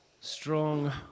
strong